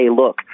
look